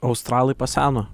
australai paseno